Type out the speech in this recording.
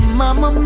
mama